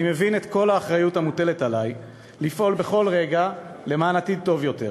אני מבין את כל האחריות המוטלת עלי לפעול בכל רגע למען עתיד טוב יותר,